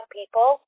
people